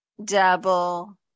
Double